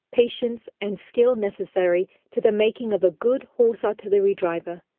patience and skill necessary to the making of a good horse artillery driver,